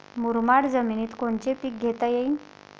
मुरमाड जमिनीत कोनचे पीकं घेता येईन?